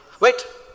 Wait